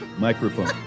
microphone